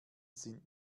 sind